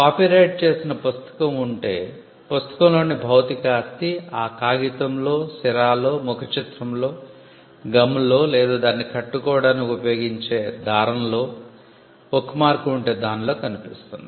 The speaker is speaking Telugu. కాపీరైట్ చేసిన పుస్తకం ఉంటే పుస్తకంలోని భౌతిక ఆస్తి ఆ కాగితంలో సిరాలో ముఖచిత్రంలో గమ్లో లేదా దానిని కట్టుకోవడానికి ఉపయోగించే దారంలో బుక్ మార్క్ ఉంటే దానిలో కనిపిస్తుంది